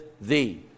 thee